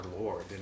lord